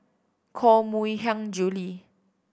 Koh Mui Hiang Julie